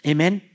Amen